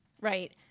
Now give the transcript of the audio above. Right